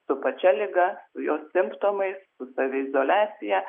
su pačia liga su jos simptomais su saviizoliacija